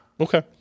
Okay